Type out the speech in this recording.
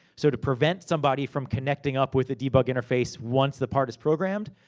so, to prevent somebody from connecting up with the debug interface once the part is programmed.